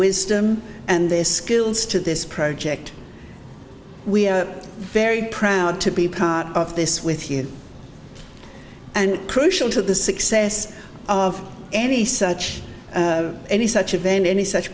wisdom and this skills to this project we are very proud to be part of this with you and crucial to the success of any such any such event any such